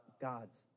God's